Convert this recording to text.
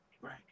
Right